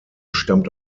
stammt